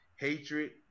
Hatred